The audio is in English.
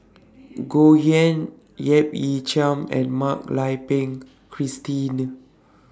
Goh Yihan Yap Ee Chian and Mak Lai Peng Christine